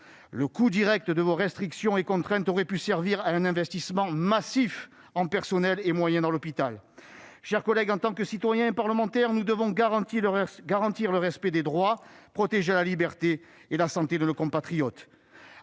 Le coût direct de vos restrictions et de vos contraintes aurait pu servir à un investissement massif en personnel et moyens dans l'hôpital. Chers collègues, en tant que citoyens et parlementaires, nous devons garantir le respect des droits, protéger la liberté et la santé de nos compatriotes.